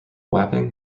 wapping